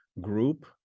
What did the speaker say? group